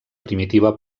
primitiva